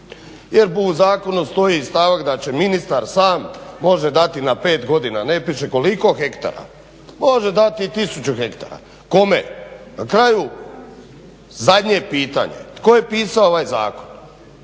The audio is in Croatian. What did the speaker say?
Jerbo u zakonu stoji stavak da će ministar sam, može dati na 5 godina, ne piše koliko hektara. Može dati i tisuću hektara, kome? Na kraju, zadnje pitanje: Tko je pisao ovaj zakon?